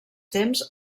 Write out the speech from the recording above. temps